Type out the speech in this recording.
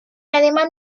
ademán